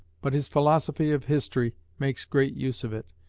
but his philosophy of history makes great use of it,